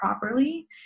properly